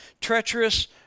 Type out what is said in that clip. treacherous